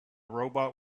robot